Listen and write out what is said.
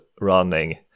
running